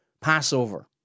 Passover